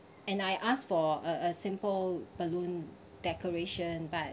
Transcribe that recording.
and I asked for a a simple balloon decoration but